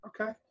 Okay